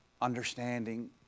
understanding